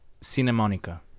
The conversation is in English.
CineMonica